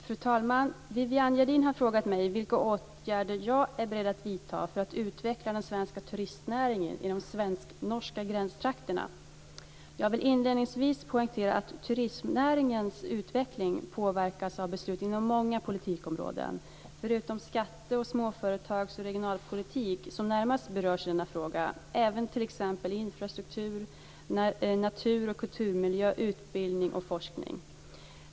Fru talman! Viviann Gerdin har frågat mig vilka åtgärder jag är beredd att vidta för att utveckla den svenska turistnäringen i de svensk-norska gränstrakterna. Jag vill inledningsvis poängtera att turistnäringens utveckling påverkas av beslut inom många politikområden - förutom skatte-, småföretags och regionalpolitik som närmast berörs i denna fråga även t.ex. infrastruktur, natur och kulturmiljö, utbildning och forskning.